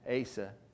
Asa